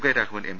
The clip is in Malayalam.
K Raghavan M